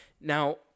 Now